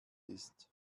ist